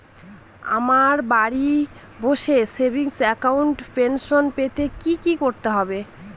আমায় বাড়ি বসে সেভিংস অ্যাকাউন্টে পেনশন পেতে কি কি করতে হবে?